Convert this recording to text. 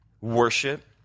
worship